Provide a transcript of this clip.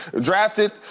drafted